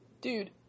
dude